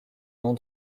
nom